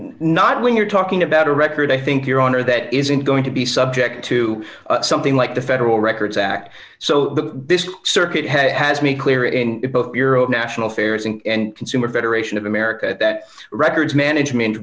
not when you're talking about a record i think your honor that isn't going to be subject to something like the federal records act so this circuit has made clear in your own national affairs and consumer federation of america that records management